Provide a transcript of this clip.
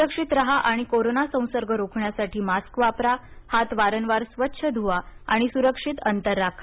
सुरक्षित राहा आणि कोरोना संसर्ग रोखण्यासाठी मास्क वापरा हात वारंवार स्वच्छ धुवा आणि सुरक्षित अंतर राखा